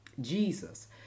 Jesus